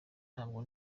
ntabwo